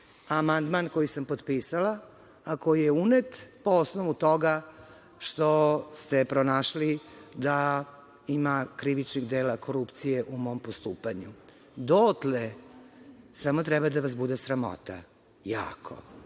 amandman koji sam potpisala, a koji je unet po osnovu toga što ste pronašli da ima krivičnih dela korupcije u mom postupanju. Dotle samo treba da vas bude sramota, jako.